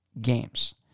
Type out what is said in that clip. games